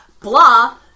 Blah